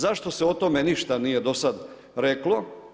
Zašto se ok tome ništa nije do sada reklo.